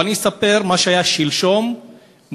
אבל אני אספר מה שהיה שלשום מולי,